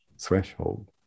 threshold